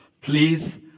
Please